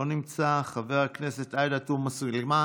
לא נמצא, חברת הכנסת עאידה תומא סלימאן,